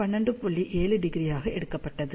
7 டிகிரியாக எடுக்கப்பட்டது